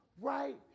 right